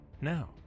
Now